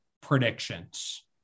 Predictions